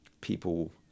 people